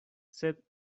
sed